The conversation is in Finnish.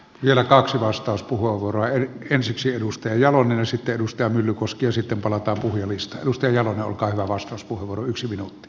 yöllä kaksi vastauspuheenvuoroa ensiksi edustaja wallin esitti edustaja myllykosken sitten palata ohjelmisto edustajana yhteiskunnallisiin ongelmiin halua puuttua